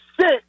sick